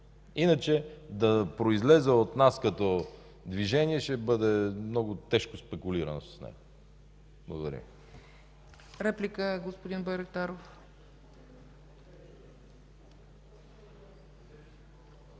Иначе да произлезе от нас като движение, ще бъде много тежко спекулирано с това. Благодаря